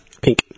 Pink